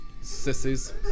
sissies